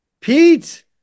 Pete